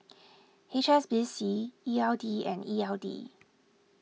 H S B C E L D and E L D